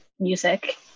music